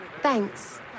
Thanks